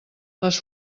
les